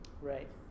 right